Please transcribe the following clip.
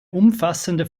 umfassende